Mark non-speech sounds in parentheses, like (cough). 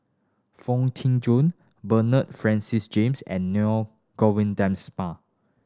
Foon Tee Jun Bernard Francis James and (unintelligible) Govindansma